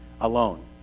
alone